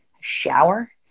Shower